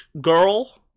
girl